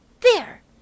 There